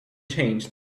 changed